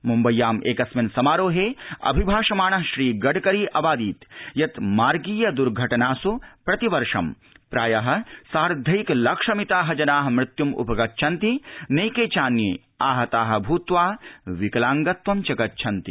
मुम्बय्याम् एकस्मिन् समारोहे अभिभाषमाणः श्री गडकरी अवादीत् यत् मार्गीय दर्घटनास् प्रतिवर्ष प्रायः सार्ढैक लक्ष मिताः जनाः मृत्युम्पगच्छन्ति नैके चान्ये आहताः भूत्वा विकलाङ्गत्वञ्च गच्छन्ति